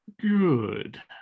Good